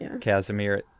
Casimir